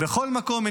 מכל מקום,